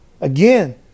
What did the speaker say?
Again